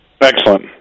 Excellent